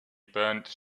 burnt